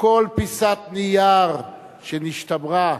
וכל פיסת נייר שנשתמרה,